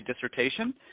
dissertation